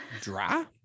dry